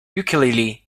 ukulele